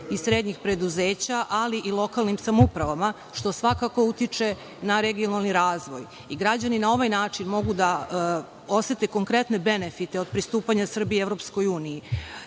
i srednjih preduzeća, ali i lokalnim samoupravama, što svakako utiče na regionalni razvoj. Građani na ovaj način mogu da osete konkretne benefite od pristupanja Srbije Evropskoj uniji,